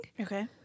Okay